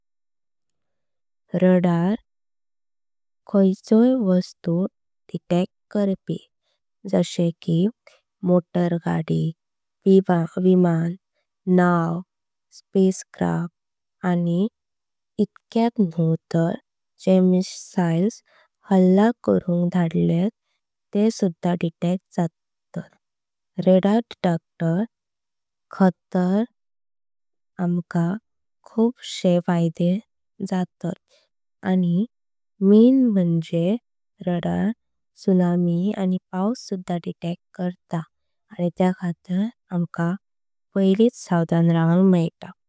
रडार खायचय वस्तु डिटेक्ट करपी जशे की मोटर गाडी। विमान नाव स्पेसक्राफ्ट आणि इतक्यात न्हू तर जे। मिसाइल्स हल्ला करुंक धडलेत ते सुध्दा डिटेक्ट जातले। रडार डिटेक्टर खातीर आमका खूपसे फायदें जातात। आणि मेन म्‍हणजे रडार त्सुनामी आणि पाऊस सुध्दा डिटेक्ट। करता आणि त्या खातीर आमका पैलिच सावधान रवोंक मेळता।